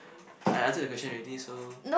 I answer the question already so